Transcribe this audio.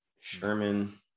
Sherman